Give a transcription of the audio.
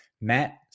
Matt